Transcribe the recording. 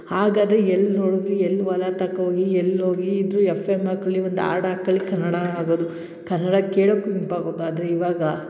ಹಾಗಾದ್ರೆ ಎಲ್ಲಿ ನೋಡಿದ್ರು ಎಲ್ಲಿ ಹೊಲ ತನಕ ಹೋಗಿ ಎಲ್ಲಿ ಹೋಗಿ ಇದ್ದರು ಎಫ್ ಎಮ್ ಹಾಕೊಳ್ಳಿ ಒಂದು ಹಾಡ್ ಹಾಕಳ್ಳಿ ಕನ್ನಡ ಆಗೋದು ಕನ್ನಡ ಕೇಳೋಕ್ಕೂ ಇವಾಗ